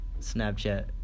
Snapchat